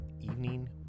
evening